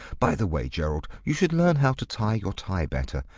by the way, gerald, you should learn how to tie your tie better.